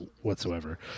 whatsoever